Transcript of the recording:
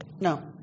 No